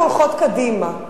אנחנו הולכות קדימה.